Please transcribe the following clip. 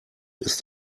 ist